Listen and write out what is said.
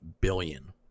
billion